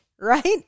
right